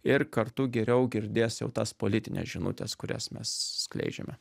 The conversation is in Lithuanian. ir kartu geriau girdės jau tas politines žinutes kurias mes skleidžiame